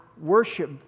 worship